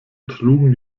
trugen